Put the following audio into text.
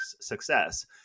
success